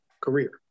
career